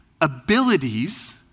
abilities